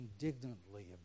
indignantly